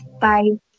Bye